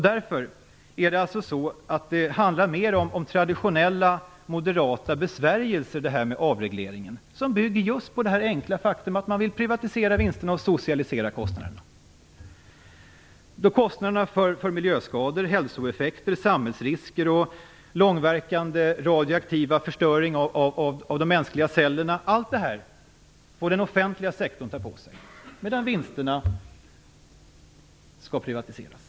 Därför handlar detta med avregleringen mer om traditionella moderata besvärjelser. De bygger på det enkla faktum att man vill privatisera vinsterna och socialisera kostnaderna. Kostnaderna för miljöskador, hälsoeffekter, samhällsrisker och långverkande radioaktiv förstöring av de mänskliga cellerna får den offentliga sektorn ta på sig medan vinsterna skall privatiseras.